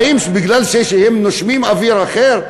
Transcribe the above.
האם כי הם נושמים אוויר אחר?